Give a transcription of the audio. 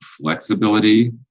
flexibility